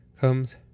comes